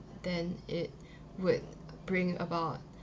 than it would bring about